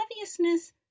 obviousness